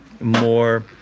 more